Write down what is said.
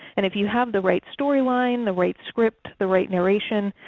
and if you have the right story line, the right script, the right narration,